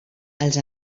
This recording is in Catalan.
els